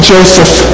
Joseph